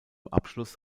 abschluss